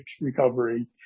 recovery